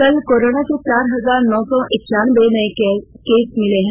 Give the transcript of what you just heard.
कल कोरोना के चार हजार नौ सौ एकानबे नए केस मिले हैं